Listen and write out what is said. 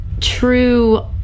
true